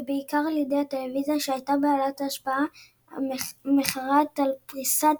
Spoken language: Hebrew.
ובעיקר על ידי הטלוויזיה שהייתה בעלת השפעה מכרעת על פריסת